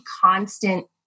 constant